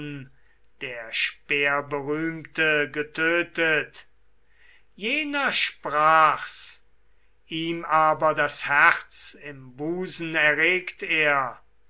der fürst agamemnon jener sprach's ihm aber das herz im busen erregt er